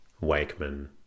Wakeman